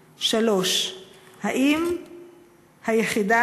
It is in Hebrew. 3. האם היחידה